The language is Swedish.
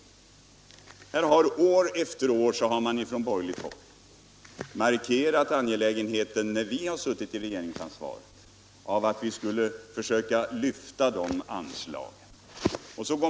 År efter år — när vi har suttit i regeringsansvar — har man från borgerligt håll markerat angelägenheten av att försöka lyfta de anslagen.